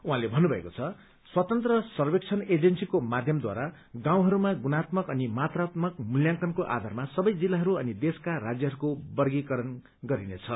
उहाँले भन्नुभएको छ स्वतन्त्र सर्वेक्षण एजेन्सीको माध्यमद्वारा गाउँहरूमा गुणात्मक अनि मात्रात्मक मूल्यांकनको आधारमा सबै जिल्लाहरू अनि देशका राज्यहरूको वर्गीकरण गरिनेछ